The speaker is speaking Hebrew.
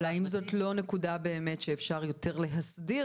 האם זאת לא נקודה שאפשר להסדיר יותר?